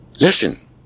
Listen